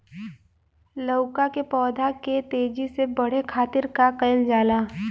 लउका के पौधा के तेजी से बढ़े खातीर का कइल जाला?